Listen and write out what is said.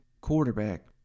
quarterback